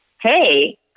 Hey